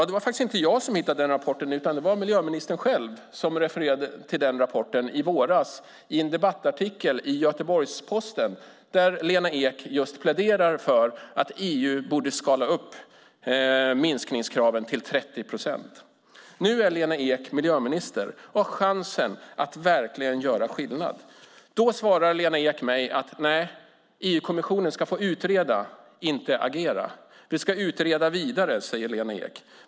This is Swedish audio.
Det var faktiskt inte jag som hittade den rapporten, utan det var Lena Ek själv som refererade till rapporten i våras i en debattartikel i Göteborgs-Posten, där hon just pläderar för att EU borde skala upp minskningskraven till 30 procent. Nu är Lena Ek miljöminister och har chansen att verkligen göra skillnad. Då svarar Lena Ek mig att EU-kommissionen ska få utreda och inte agera. Vi ska utreda vidare, säger Lena Ek.